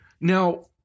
Now